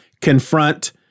confront